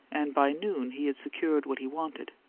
and by noon he had secured what he wanted.